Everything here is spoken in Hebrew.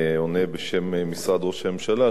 עונה בשם משרד ראש הממשלה,